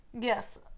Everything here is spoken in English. Yes